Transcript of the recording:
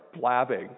blabbing